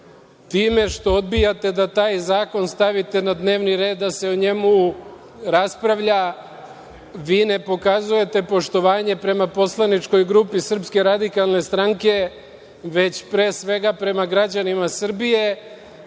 što odbijate da taj zakon stavite na dnevni red da se o njemu raspravlja, vi ne pokazujete poštovanje prema poslaničkoj grupi SRS, pre svega prema građanima Srbije,